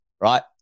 right